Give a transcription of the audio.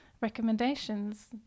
recommendations